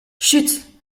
chut